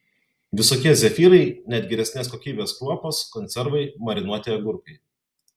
visokie zefyrai net geresnės kokybės kruopos konservai marinuoti agurkai